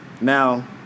Now